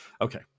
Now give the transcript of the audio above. Okay